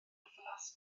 wyrddlas